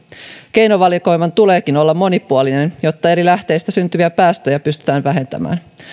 keinovalikoiman tuleekin olla monipuolinen jotta eri lähteistä syntyviä päästöjä pystytään vähentämään